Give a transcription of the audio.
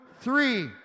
three